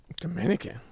Dominican